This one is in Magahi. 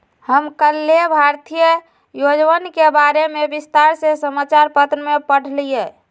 हम कल्लेह भारतीय योजनवन के बारे में विस्तार से समाचार पत्र में पढ़ लय